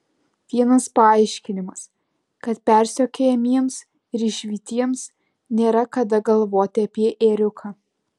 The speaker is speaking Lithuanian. vienas paaiškinimas kad persekiojamiems ir išvytiems nėra kada galvoti apie ėriuką